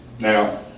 Now